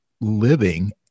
living